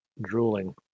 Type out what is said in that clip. drooling